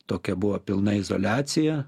tokia buvo pilna izoliacija